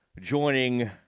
joining